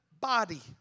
body